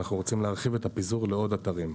ואנחנו רוצים להרחיב את הפיזור לעוד אתרים.